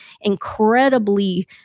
incredibly